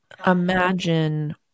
imagine